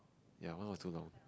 ya one hour too long